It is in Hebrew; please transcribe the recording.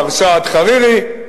מר סעד חרירי.